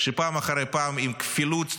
שפעם אחרי פעם, עם כפילות המשרדים,